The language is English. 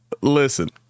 Listen